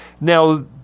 Now